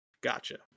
Gotcha